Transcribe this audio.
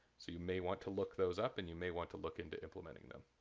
so you may want to look those up and you may want to look into implementing them.